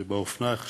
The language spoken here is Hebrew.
זה באופנה עכשיו,